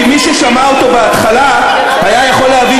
כי מי ששמע אותו בהתחלה היה יכול להבין